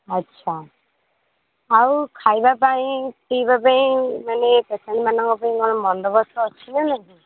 ଆଛା ଆଉ ଖାଇବା ପାଇଁ ପିଇବା ପାଇଁ ମାନେ ପେସେଣ୍ଟ୍ମାନଙ୍କ ପାଇଁ କ'ଣ ବନ୍ଦୋବସ୍ତ ଅଛି ନା ନାହିଁ